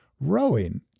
rowing